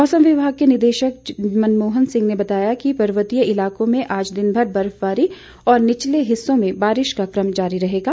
मौसम विभाग के निदेशक मनमोहन सिंह ने बताया कि पर्वतीय इलाकों में आज दिन भर बर्फबारी और निचले हिस्सों में बारिश का क्रम जारी रहेगा